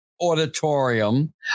Auditorium